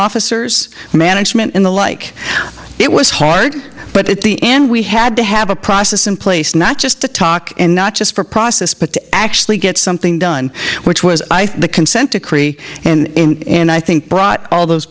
officers and management in the like it was hard but at the end we had to have a process in place not just to talk and not just for process but to actually get something done which was i think the consent decree and i think brought all those